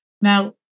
Now